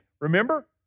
Remember